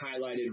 highlighted